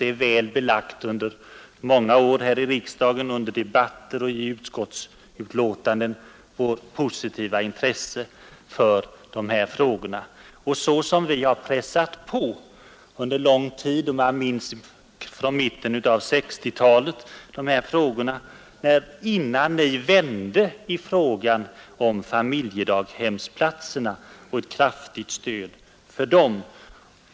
Vårt positiva intresse i folkpartiet för de här frågorna är väl belagt under många år i riksdagen under både debatter och i utskottsutlåtanden. Och så som vi pressade på under lång tid — som man minns från mitten av 1960-talet — innan ni socialdemokrater vände i frågan om familjedaghemsplatserna och gick med på ett kraftigt stöd för dem.